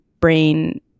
brain